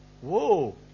Whoa